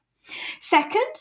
Second